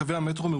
קווי המטרו,